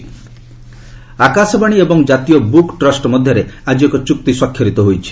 AIR NBT Akashvani ଏବଂ ଜାତୀୟ book trust ମଧ୍ୟରେ ଆଜି ଏକ ଚୁକ୍ତି ସ୍ୱାକ୍ଷରିତ ହୋଇଛି